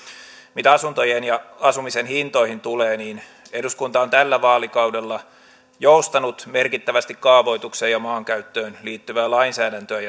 mitä asuntojen ja asumisen hintoihin tulee niin eduskunta on tällä vaalikaudella joustavoittanut merkittävästi kaavoitukseen ja maankäyttöön liittyvää lainsäädäntöä